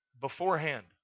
beforehand